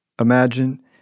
imagine